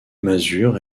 masure